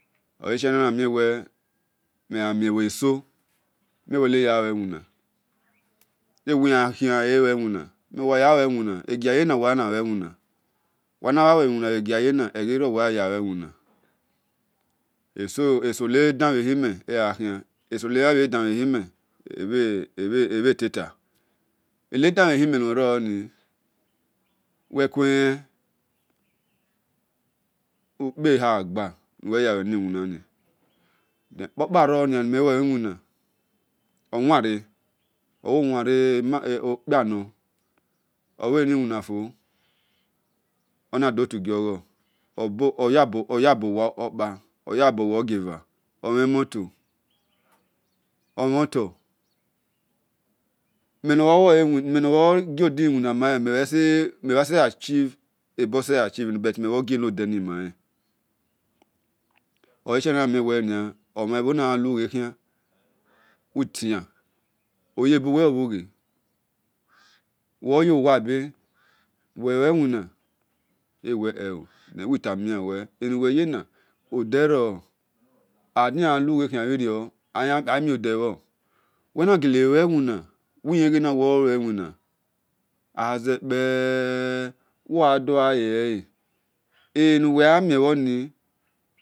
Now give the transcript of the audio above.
Oleshie mel namie wel mel gha mie bho eso mel wel neya lue iwina mi wil an gha khian na ya lue iwina mi wil an gha khian na ya lue wina egiayenu wayana lue wina wamhana lue wina bhe giayena eghe ro nu wa yan yalue iwina eso ne damhehime egha khian eso nemhabhe damhe hime ebhe tito enadamhe hime nero ni wekuelen ukpe ha gba nu wel ya lue niwina ni kpo kpa ro nia nime lue wina owanre owo wanre okpia nor olueni wina fo ona dor oya bowa ogie va omhen motor omhon tor mel nor bhor lue iwina gio di wina male mebhe se achieve ebobhor se achieve ebo se achieve mel nor bhor gie no de ni male oleshie wel namie ebho nagha lu ghe khian wo yo wa be we winna ewe wo yo wa be we lue winna ewe he-o wil tomi wel enuwel yeno ode ro odima gha lughe khian bhi rio amio debhor wel naghele lue wina wil lewe ghe wo lue wina azekpeee oyan do gha lelele ele nuwel yan mie bhor ni